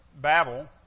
Babel